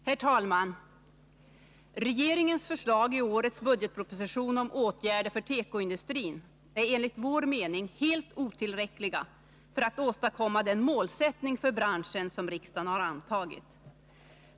Herr talman! Regeringens förslag i årets budgetproposition om åtgärder för tekoindustrin är enligt vår mening helt otillräckliga för att åstadkomma den målsättning för branschen som riksdagen antagit.